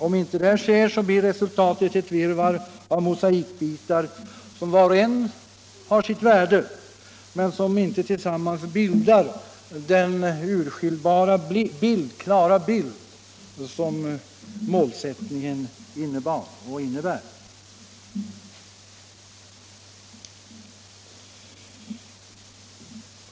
Om inte det sker blir resultatet ett virrvarr av mosaikbitar som var och en har sitt värde men som inte tillsammans bildar den klara bild som målsättningen innebar och innebär.